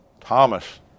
Thomas